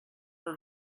her